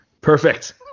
perfect